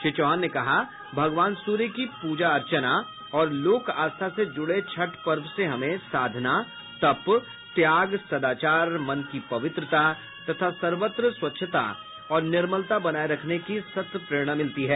श्री चौहान ने कहा भगवान सूर्य की प्रजा अर्चना और लोक आस्था से जुड़े छठ पर्व से हमें साधना तप त्याग सदाचार मन की पवित्रता तथा सर्वत्र स्वच्छता और निर्मलता बनाये रखने की सत्प्रेरणा मिलती है